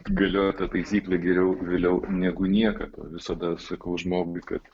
galioja ta taisyklė geriau vėliau negu niekad visada sakau žmogui kad